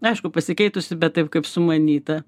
aišku pasikeitusi bet taip kaip sumanyta